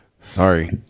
sorry